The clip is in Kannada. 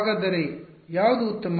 ಹಾಗಾದರೆ ಯಾವುದು ಉತ್ತಮ